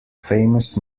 famous